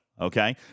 Okay